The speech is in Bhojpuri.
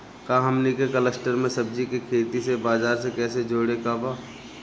का हमनी के कलस्टर में सब्जी के खेती से बाजार से कैसे जोड़ें के बा?